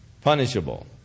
Punishable